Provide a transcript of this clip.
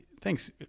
Thanks